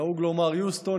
נהוג לומר: "יוסטון,